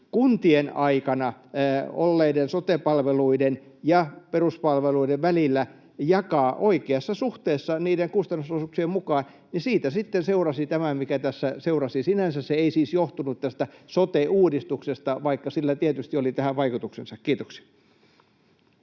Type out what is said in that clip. kuntien aikana olleiden sote-palveluiden ja peruspalveluiden välillä jakaa oikeassa suhteessa niiden kustannusosuuksien mukaan, niin siitä sitten seurasi tämä, mikä tässä seurasi. Sinänsä se ei siis johtunut tästä sote-uudistuksesta, vaikka sillä tietysti oli tähän vaikutuksensa. — Kiitoksia.